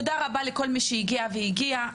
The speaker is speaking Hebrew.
תודה רבה לכל מי שהגיעה והגיע,